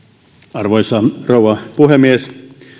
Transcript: arvoisa rouva puhemies